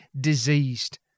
diseased